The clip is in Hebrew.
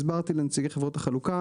הסברתי לנציגי חברות החלוקה.